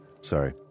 Sorry